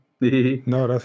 No